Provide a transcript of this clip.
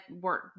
work